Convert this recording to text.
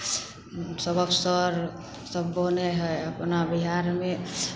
सभ अफसर सब बनै हइ अपना बिहारमे